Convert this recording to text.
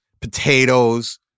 Potatoes